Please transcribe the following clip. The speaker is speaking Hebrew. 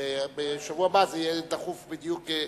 בשבוע הבא זה יהיה דחוף בדיוק,